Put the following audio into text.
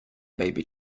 baby